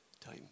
time